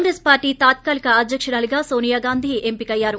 Congress party తాత్కాలిక అధ్వకురాలిగా నోనియా గాంధీ ఎంపికయ్నారు